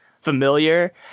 familiar